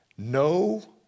No